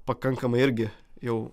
pakankamai irgi jau